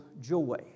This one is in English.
joy